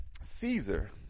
Caesar